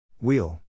Wheel